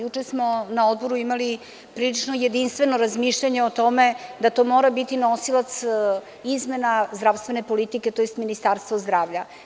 Juče smo na Odboru imali prilično jedinstveno razmišljanje o tome da to mora biti nosilac izmena zdravstvene politike, tj. Ministarstvo zdravlja.